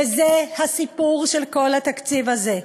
וזה הסיפור של כל התקציב הזה.